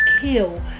kill